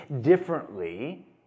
differently